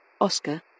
Oscar